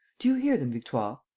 do you hear them, victoire?